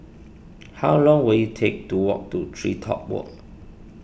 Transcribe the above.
how long will it take to walk to TreeTop Walk